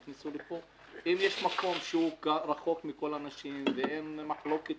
נכנסו לפה אם יש מקום שרחוק מכל האנשים ואין מחלוקת